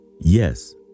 Yes